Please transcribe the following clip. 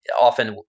often